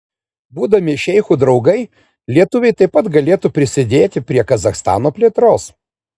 būdami šeichų draugai lietuviai taip pat galėtų prisidėti prie kazachstano plėtros